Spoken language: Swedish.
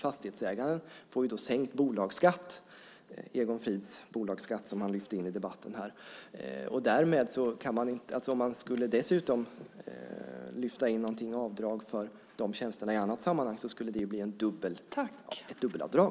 Fastighetsägaren får alltså sänkt bolagsskatt - den bolagsskatt som Egon Frid lyfte in i debatten. Om man dessutom skulle ta med avdrag för de tjänsterna i annat sammanhang skulle det bli ett dubbelavdrag.